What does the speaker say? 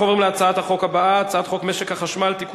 אנחנו עוברים להצעת החוק הבאה: הצעת חוק